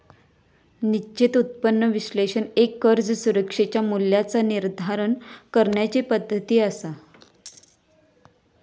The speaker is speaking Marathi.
निश्चित उत्पन्न विश्लेषण एक कर्ज सुरक्षेच्या मूल्याचा निर्धारण करण्याची पद्धती असा